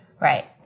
Right